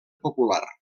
popular